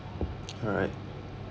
alright